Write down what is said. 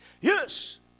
Yes